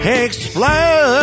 explode